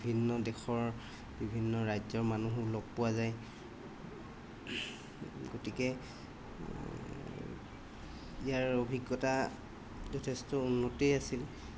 ভিন্ন দেশৰ বিভিন্ন ৰাজ্যৰ মানুহো লগ পোৱা যায় গতিকে ইয়াৰ অভিজ্ঞতা যথেষ্ট উন্নতেই আছিল